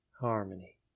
Harmony